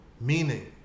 Meaning